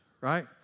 right